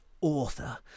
author